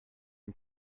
dem